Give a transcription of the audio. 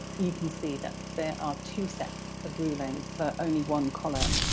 you can see that there are two sets of ruling for only one column,